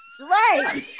Right